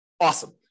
Awesome